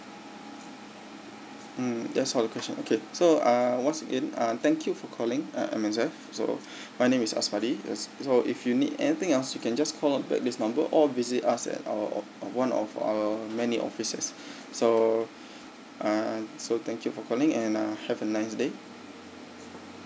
mm that's all the question okay so uh once again uh thank you for calling uh M_S_F so my name is A S M A D I so if you need anything else you can just call back this number or visit us at our uh one of our many offices so uh so thank you for calling and uh have a nice day